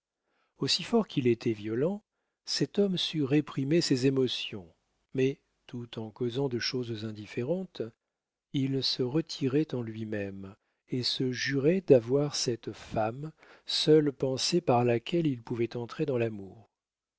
aussi fort qu'il était violent cet homme sut réprimer ses émotions mais tout en causant de choses indifférentes il se retirait en lui-même et se jurait d'avoir cette femme seule pensée par laquelle il pouvait entrer dans l'amour